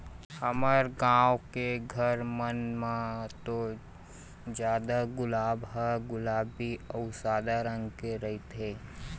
हमर गाँव के घर मन म तो जादा गुलाब ह गुलाबी अउ सादा रंग के रहिथे